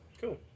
Cool